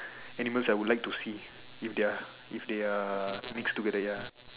animals I would like to see if they are if they are mix together ya